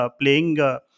playing